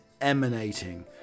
emanating